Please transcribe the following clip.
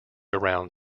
around